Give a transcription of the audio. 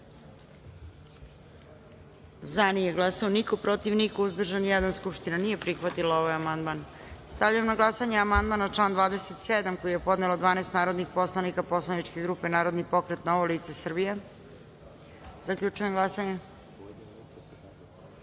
glasanje: za – niko, protiv – niko, uzdržan – jedan. Skupština nije prihvatila ovaj amandman. Stavljam na glasanje amandman na član 17. koji je podnelo 12 narodnih poslanika Poslaničke grupe Narodni pokret Srbije – Novo lice Srbije. Zaključujem glasanje: